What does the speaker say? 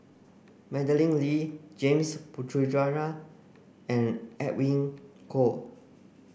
Madeleine Lee James Puthucheary and Edwin Koek